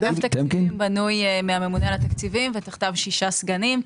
אגף התקציבים בנוי מהממונה על התקציבים ותחתיו שישה סגנים,